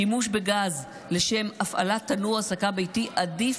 שימוש בגז לשם הפעלת תנור הסקה ביתי עדיף